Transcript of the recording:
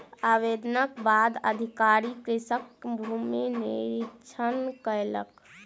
आवेदनक बाद अधिकारी कृषकक भूमि निरिक्षण कयलक